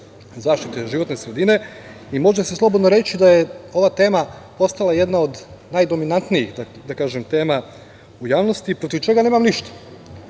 zaštite životne sredine i može se slobodno reći da je ova tema postala jedna od najdominantnijih tema u javnosti, protiv čega nemam ništa.